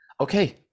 Okay